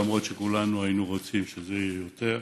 למרות שכולנו היינו רוצים שזה יהיה יותר.